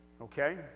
Okay